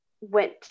went